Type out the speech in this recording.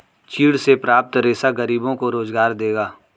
चीड़ से प्राप्त रेशा गरीबों को रोजगार देगा